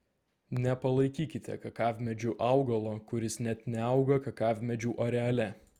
nepalaikykite kakavmedžiu augalo kuris net neauga kakavmedžių areale